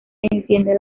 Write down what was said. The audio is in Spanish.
enciende